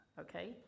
Okay